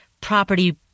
property